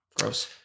gross